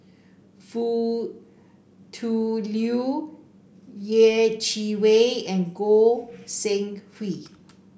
Foo Tui Liew Yeh Chi Wei and Goi Seng Hui